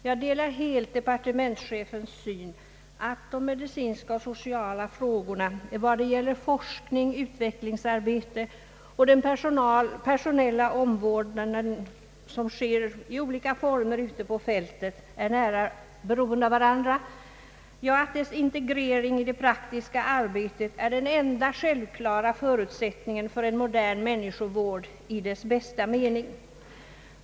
Jag delar helt departementschefens syn, att de medicinska och sociala frågorna när det gäller forskning, utvecklingsarbete och den personella omvårdnad, som sker i olika former ute på fältet, är nära beroende av varandra ja, att deras integrering i det praktiska arbetet är den enda självklara förutsättningen för en modern människovård i dess bästa mening.